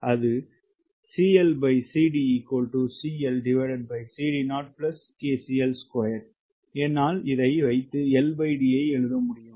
என்னால் இதை வைத்து LD ஐ எழுத முடியும்